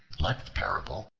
like the parable,